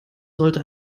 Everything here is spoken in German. sollte